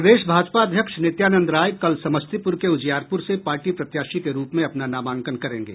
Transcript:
प्रदेश भाजपा अध्यक्ष नित्यानंद राय कल समस्तीपुर के उजियारपुर से पार्टी प्रत्याशी के रूप में अपना नामांकन करेंगे